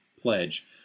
pledge